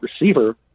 receiver